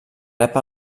rep